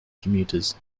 commuters